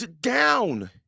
down